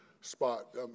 spot